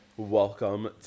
Welcome